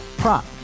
Prop